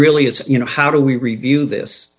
really is you know how do we review this